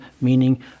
meaning